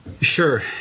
Sure